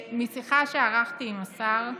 משיחה שערכתי עם השר,